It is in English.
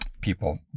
people